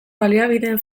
baliabideen